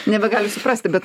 nebegali suprasti bet